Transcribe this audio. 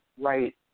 right